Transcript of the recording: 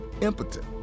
impotent